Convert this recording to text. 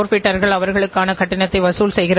ஆனால் அந்த வகையான தர அளவீடுகள் இல்லை